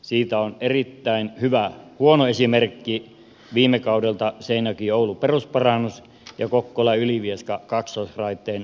siitä ovat erittäin hyviä huonoja esimerkkejä viime kaudelta seinäjokioulu radan perusparannus ja kokkolaylivieska kaksoisraiteen rahoitusongelmat